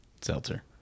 Seltzer